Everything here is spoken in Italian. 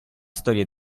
storia